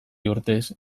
urtez